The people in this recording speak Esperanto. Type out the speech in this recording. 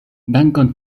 dankon